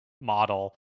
model